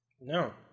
No